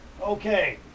okay